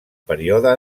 període